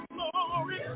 Glory